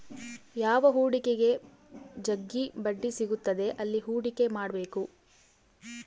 ಯಾವ ಹೂಡಿಕೆಗ ಜಗ್ಗಿ ಬಡ್ಡಿ ಸಿಗುತ್ತದೆ ಅಲ್ಲಿ ಹೂಡಿಕೆ ಮಾಡ್ಬೇಕು